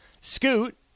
Scoot